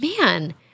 man